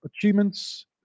achievements